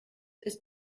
ist